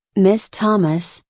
miss thomas,